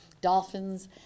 Dolphins